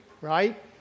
right